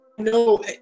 no